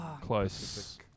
Close